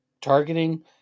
targeting